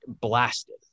blasted